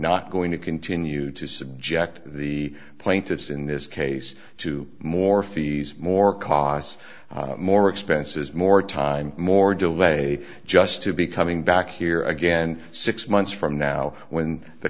not going to continue to subject the plaintiffs in this case to more fees more costs more expenses more time more delay just to be coming back here again six months from now when the